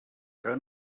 que